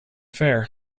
fair